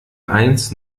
eins